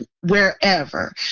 wherever